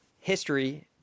history